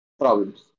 problems